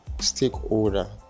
stakeholder